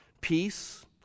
peace